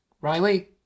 Riley